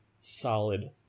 solid